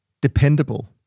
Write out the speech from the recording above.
dependable